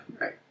Right